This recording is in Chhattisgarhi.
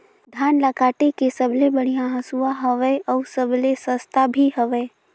धान ल काटे के सबले बढ़िया हंसुवा हवये? अउ सबले सस्ता भी हवे?